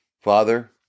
Father